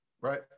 right